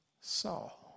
Saul